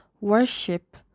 worship